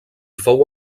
fou